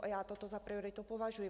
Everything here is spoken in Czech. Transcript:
A já toto za prioritu považuji.